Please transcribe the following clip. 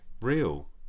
real